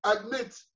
Admit